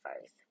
first